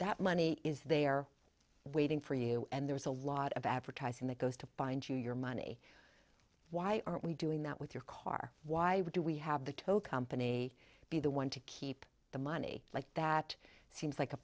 that money is there waiting for you and there's a lot of advertising that goes to find you your money why aren't we doing that with your car why do we have the tow company be the one to keep the money like that seems like a